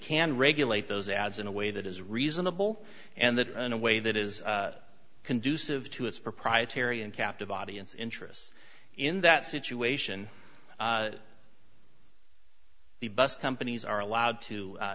can regulate those ads in a way that is reasonable and that in a way that is conducive to its proprietary and captive audience interests in that situation the bus companies are allowed to a